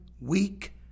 weak